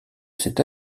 cet